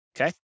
Okay